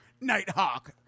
Nighthawk